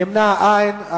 ונמנעים, אין.